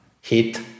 hit